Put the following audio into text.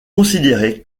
considéré